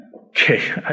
Okay